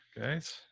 guys